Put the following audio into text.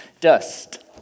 dust